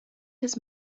his